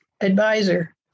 advisor